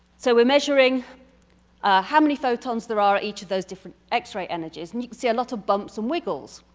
so we're measuring how many photons there are at each of those different x-ray energies and you can see a lot of bumps and wiggles.